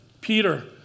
Peter